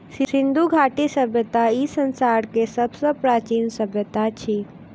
सिंधु घाटी सभय्ता ई संसार के सब सॅ प्राचीन सभय्ता अछि